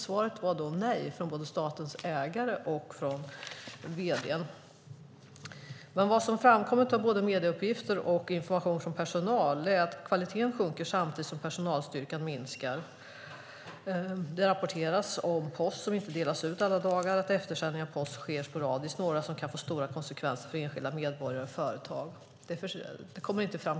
Svaret var då nej både från ägaren staten och från vd:n. Vad som framkommit av både medieuppgifter och information från personal är att kvaliteten sjunker samtidigt som personalstyrkan minskar. Det rapporteras om post som inte delas ut alla dagar och att eftersändning av post sker sporadiskt, vilket kan få stora konsekvenser för enskilda medborgare och företag.